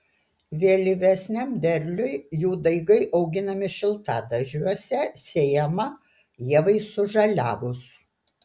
vėlyvesniam derliui jų daigai auginami šiltadaržiuose sėjama ievai sužaliavus